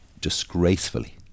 disgracefully